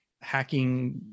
hacking